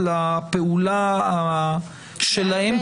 סעיף 1,